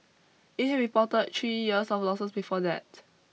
it had reported three years of losses before that